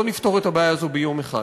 לא נפתור את הבעיה הזאת ביום אחד,